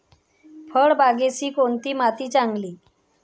फळबागेसाठी कोणती माती चांगली?